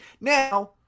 Now